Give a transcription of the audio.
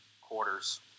Quarters